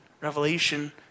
revelation